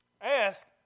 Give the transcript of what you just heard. Ask